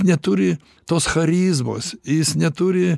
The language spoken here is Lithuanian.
neturi tos charizmos jis neturi